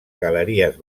galeries